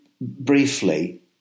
briefly